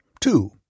Two